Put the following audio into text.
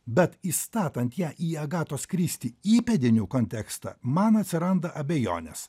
bet įstatant ją į agatos kristi įpėdinių kontekstą man atsiranda abejonės